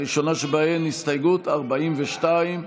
הראשונה שבהן, הסתייגות 42,